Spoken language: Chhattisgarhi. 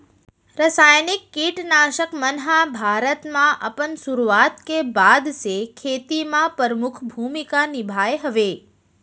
रासायनिक किट नाशक मन हा भारत मा अपन सुरुवात के बाद से खेती मा परमुख भूमिका निभाए हवे